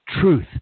truth